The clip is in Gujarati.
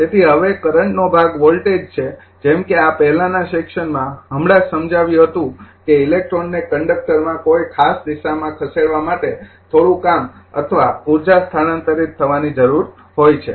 તેથી હવે કરંટ નો ભાગ વૉલ્ટેજ છે સમયનો સંદર્ભ લો ૨૭૪૩ જેમ કે આ પહેલાના સેક્શનમાં હમણાં જ સમજાવ્યું હતું કે ઇલેક્ટ્રોનને કંડક્ટરમાં કોઈ ખાસ દિશામાં ખસેડવા માટે થોડું કામ અથવા ઉર્જા સ્થાનાંતરિત થવાની જરૂર હોય છે